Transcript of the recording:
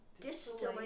Distillation